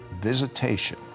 visitation